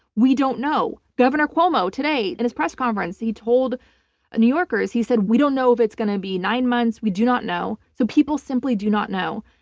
we don't know. governor cuomo today in his press conference, he told new yorkers, he said, we don't know if it's going to be nine months. we do not know. so people simply do not know.